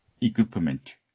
equipment